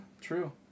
True